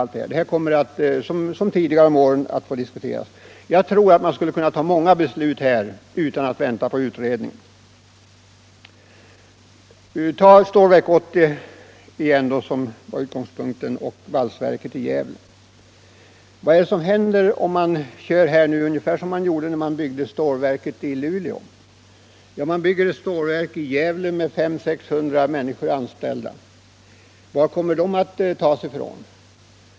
Allt detta kommer som under tidigare år att få diskuteras. Jag tycker att vi skulle kunna fatta många beslut utan att vänta på utredningen. Det finns tämligen självklara lösningar bara viljan finns. Ta Stålverk 80 och valsverket i Gävle igen, som var utgångspunkten för mitt resonemang! Vad händer om man gör ungefär likadant här som när man byggde stålverket i Luleå? Man bygger ett valsverk i Gävle med 500-600 anställda. Varifrån skall de tas?